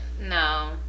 No